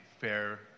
fair